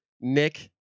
Nick